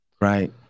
Right